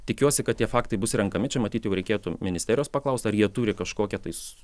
tikiuosi kad tie faktai bus renkami čia matyt jau reikėtų ministerijos paklaust ar jie turi kažkokią tai